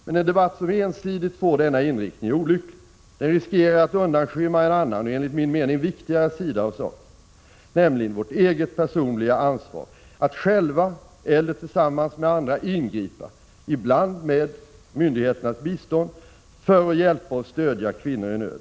Men en debatt som ensidigt får denna inriktning är olycklig. Den riskerar att undanskymma en annan, enligt min mening viktigare, sida av saken — nämligen vårt eget personliga ansvar att själva eller tillsammans med andra ingripa, ibland med myndigheternas bistånd, för att hjälpa och stödja kvinnor i nöd.